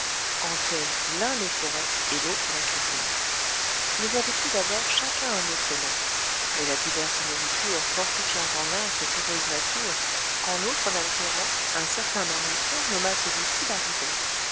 hantaient l'un les forêts et l'autre la cuisine ils avaient eu d'abord chacun un autre nom mais la diverse nourriture fortifiant en l'un cette heureuse nature en l'autre l'altérant un certain marmiton nomma celui-ci